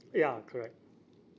ya correct